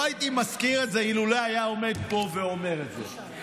לא הייתי מזכיר את זה אילולא היה עומד פה ואומר את זה.